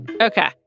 Okay